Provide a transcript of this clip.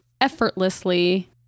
effortlessly